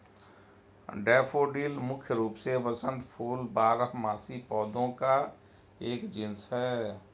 daffodil मुख्य रूप से वसंत फूल बारहमासी पौधों का एक जीनस है